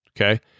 okay